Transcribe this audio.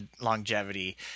longevity